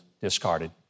discarded